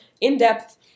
in-depth